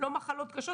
מחלות קשות.